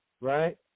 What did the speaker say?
right